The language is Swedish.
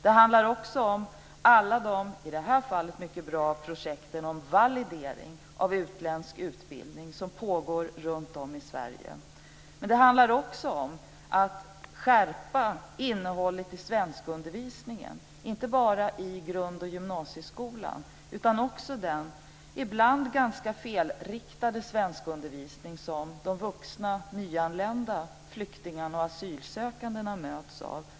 Det handlar om alla de, i det här fallet mycket bra, projekt om validering av utländsk utbildning som pågår runtom i Sverige. Men det handlar också om att skärpa innehållet i svenskundervisningen, inte bara den i grund och gymnasieskolan utan också den ibland ganska felriktade svenskundervisning som de vuxna, nyanlända flyktingarna och asylsökandena möts av.